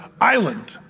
island